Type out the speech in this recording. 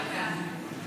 ארבעה מקצועות ליבה,